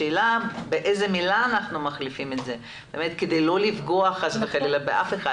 השאלה באיזו מילה מחליפים את זה כדי לא לפגוע חלילה באף אחד,